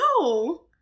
no